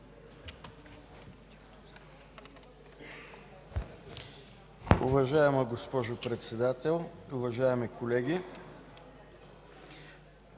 Уважаема госпожо председател, уважаеми колеги!